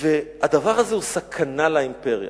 והדבר הזה הוא סכנה לאימפריה.